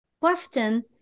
question